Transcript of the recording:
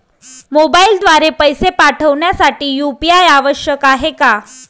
मोबाईलद्वारे पैसे पाठवण्यासाठी यू.पी.आय आवश्यक आहे का?